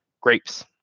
grapes